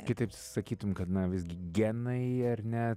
kitaip sakytum kad na visgi genai ar ne